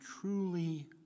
truly